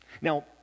Now